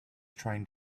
trying